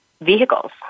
vehicles